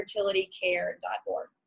fertilitycare.org